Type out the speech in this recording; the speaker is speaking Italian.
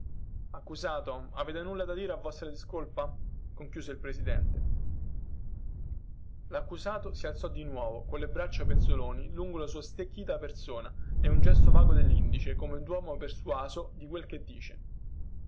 accusato avete nulla da dire a vostra discolpa conchiuse il presidente laccusato si alzò di nuovo colle braccia penzoloni lungo la sua stecchita persona e un gesto vago dellindice come duomo persuaso di quel che dice